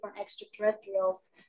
extraterrestrials